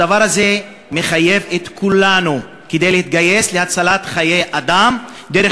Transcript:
הדבר הזה מחייב את כולנו להתגייס להצלת חיי אדם דרך